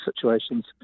situations